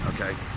okay